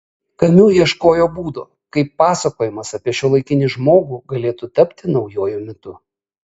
kamiu ieškojo būdo kaip pasakojimas apie šiuolaikinį žmogų galėtų tapti naujuoju mitu